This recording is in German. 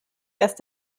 erst